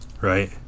right